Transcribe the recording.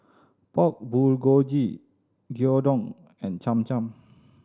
Pork Bulgogi Gyudon and Cham Cham